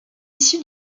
issu